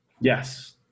Yes